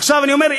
עכשיו אני אומר,